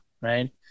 right